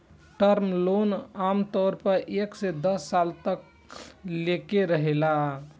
term loan आमतौर पर एक से दस साल तक लेके रहेला